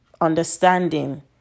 understanding